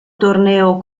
torneo